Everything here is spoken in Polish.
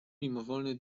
mimowolny